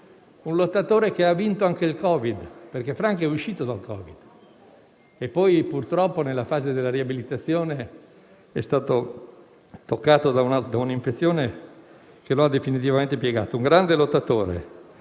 da lottatore ha vinto anche il Covid, perché Franco è uscito dal Covid e poi purtroppo nella fase della riabilitazione è stato colpito da un'infezione che lo ha definitivamente piegato. Era un grande lottatore,